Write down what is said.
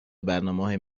برنامههای